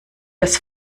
das